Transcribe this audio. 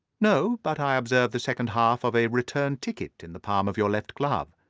no, but i observe the second half of a return ticket in the palm of your left glove.